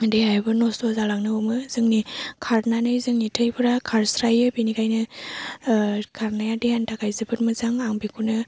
देहायाबो नस्थ' जालांनो हमो जोंनि खारनानै जोंनि थैफोरा खारस्रायो बेनिखायनो खारनाया देहानि थाखाय जोबोद मोजां आं बेखौनो